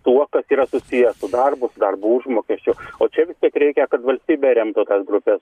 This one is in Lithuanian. tuo kad yra susiję su darbu darbo užmokesčiu o čia vis tiek reikia kad valstybė remtų tas grupes